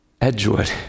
Edgewood